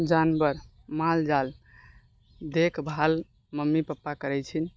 जानवर मालजाल देखभाल मम्मी पप्पा करै छिन